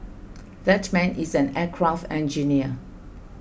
that man is an aircraft engineer